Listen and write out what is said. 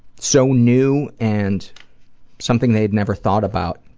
so new and something they'd never thought about.